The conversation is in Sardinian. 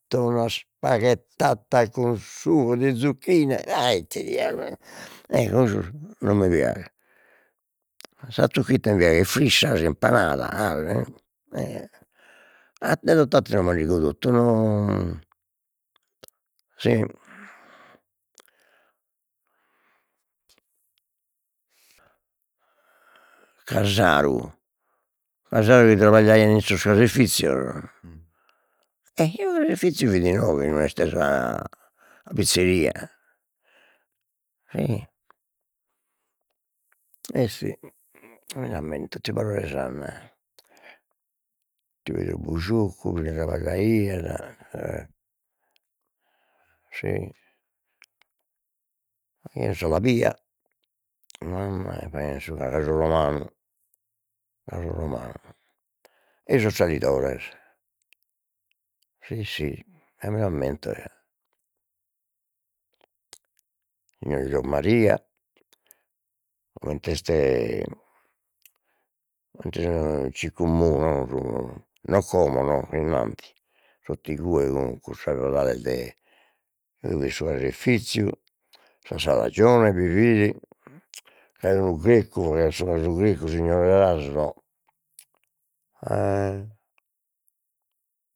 To una spaghettata con sugo di zucchine, a ite diaulu e e non mi piaghet, sa zocchitta mi piaghet frissa, impanada 'asi mi e atteros mandigo totu si, casaru casaru chi trabaglian in sos caseifizios su caseifiziu fit inoghe inue est sa sa pizzeria, e si non mi l'ammento tiu Barore Sanna, tiu Pedru Buscioccu bi trabagliat e si aian sa labia, mamma faghiat su casu romanu casu romanu e sos salidores si si già mi l'ammento già, signor Giommaria coment'est comente si naraiat Ciccu Mu non como no innanti tot'igue cun cussas 'odales de bi fit su caseifiziu sas salagione bi fit e b'aiat unu chi aiat su casu friscu signor Raso e